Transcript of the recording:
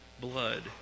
blood